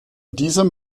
diesem